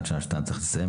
עד שעה 14:00 צריך לסיים.